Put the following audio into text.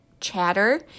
chatter